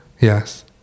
yes